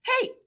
hey